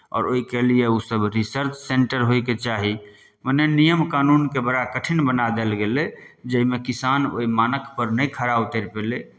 आओर ओहिके लिए ओसभ रिसर्च सेंटर होइके चाही मने नियम कानूनके बड़ा कठिन बना देल गेलै जाहिमे किसान ओहि मानकपर नहि खड़ा उतरि पयलै